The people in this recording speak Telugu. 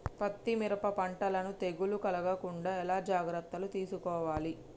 పత్తి మిరప పంటలను తెగులు కలగకుండా ఎలా జాగ్రత్తలు తీసుకోవాలి?